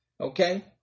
Okay